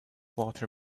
water